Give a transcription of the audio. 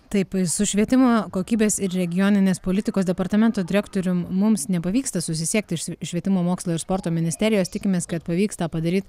taip su švietimo kokybės ir regioninės politikos departamento direktorium mums nepavyksta susisiekti švietimo mokslo ir sporto ministerijos tikimės kad pavyks tą padaryt